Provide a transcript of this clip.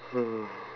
ah